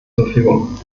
verfügung